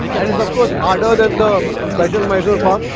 and it's of course harder than the special mysore but